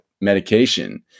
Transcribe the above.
medication